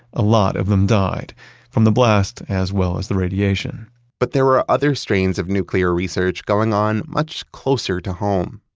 a lot of them died from the blast as well as the radiation but there were other strains of nuclear research going on much closer to home,